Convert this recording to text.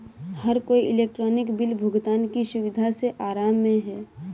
हर कोई electronic bill भुगतान की सुविधा से आराम में है